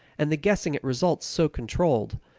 and the guessing at results so controlled,